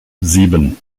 sieben